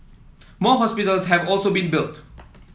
more hospitals have also been built